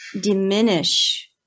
diminish